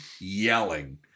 yelling